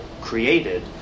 created